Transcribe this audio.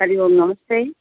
हरिः ओम् नमस्ते